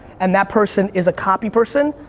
and that person is a copy person,